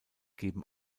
geben